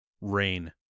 Rain